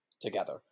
together